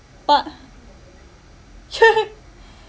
but